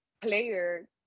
player